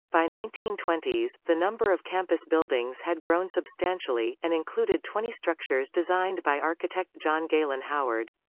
by nineteen twenty s, the number of campus buildings had grown substantially, and included twenty structures designed by architect john galen howard.